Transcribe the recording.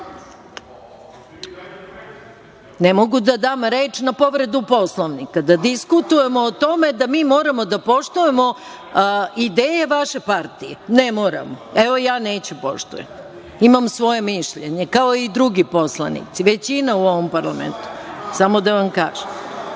Ne mogu da dam reč na povredu Poslovnika. Da diskutujemo o tome da mi moramo da poštujemo ideje vaše partije. Ne moramo, evo ja neću da poštujem, imam svoje mišljenje, kao i drugi poslanici, većina u ovom parlamentu, samo da vam kažem. Nije